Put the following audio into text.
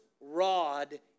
rod